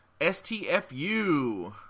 STFU